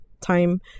time